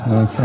Okay